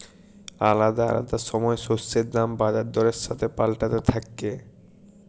আলাদা আলাদা সময় শস্যের দাম বাজার দরের সাথে পাল্টাতে থাক্যে